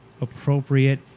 appropriate